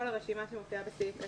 כל הרשימה שמופיעה בסעיף 10(ג)